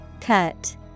cut